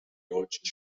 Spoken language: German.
deutschen